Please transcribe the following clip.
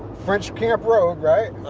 french camp road, right?